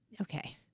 okay